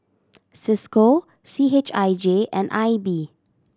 Cisco C H I J and I B